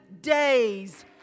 days